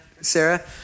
Sarah